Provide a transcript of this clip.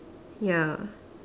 ya